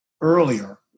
earlier